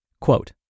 Quote